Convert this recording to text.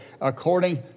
according